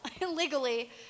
illegally